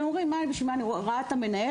הוא ראה את המנהל,